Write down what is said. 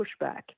pushback